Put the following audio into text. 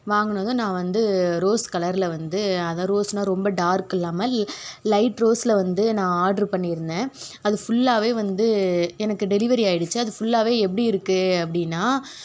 வாங்கினதும் நான் வந்து ரோஸ் கலரில் வந்து அதான் ரோஸ்னால் ரொம்ப டார்க்கிலாமல் லைட் ரோஸில் வந்து நான் ஆட்ரு பண்ணியிருந்தேன் அது ஃபுல்லாகவே வந்து எனக்கு டெலிவரி ஆயிடுச்சு அது ஃபுல்லாகவே எப்படி இருக்கு அப்படின்னா